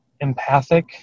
empathic